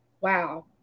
Wow